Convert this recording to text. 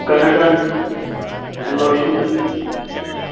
Canada and Washington